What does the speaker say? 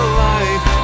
life